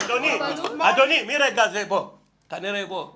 אדוני, אתן לך עצה.